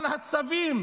אבל הצווים